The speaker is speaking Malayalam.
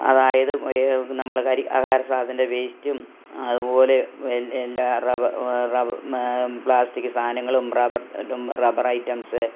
അതായത് നമ്മൾ ആഹാര സാധനത്തിൻ്റെ വേസ്റ്റും അതുപോലെ എല്ലാ റബ റബ പ്ലാസ്റ്റിക്ക് സാധനങ്ങളും റബ്ബർ റബ്ബർ ഐറ്റംസ്